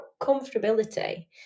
comfortability